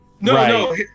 No